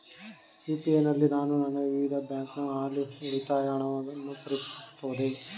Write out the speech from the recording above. UPI ನಲ್ಲಿ ನಾನು ನನ್ನ ವಿವಿಧ ಬ್ಯಾಂಕಿನ ಹಾಲಿ ಉಳಿತಾಯದ ಹಣವನ್ನು ಪರಿಶೀಲಿಸಬಹುದೇ?